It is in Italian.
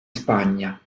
spagna